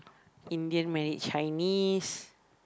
Indian married Chinese